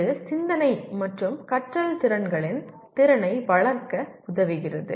இது சிந்தனை மற்றும் கற்றல் திறன்களின் திறனை வளர்க்க உதவுகிறது